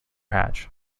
hatch